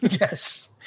yes